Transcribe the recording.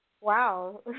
Wow